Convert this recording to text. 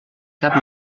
cap